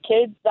kids